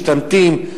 משתמטים,